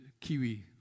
Kiwi